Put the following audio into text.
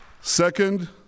Second